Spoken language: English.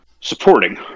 supporting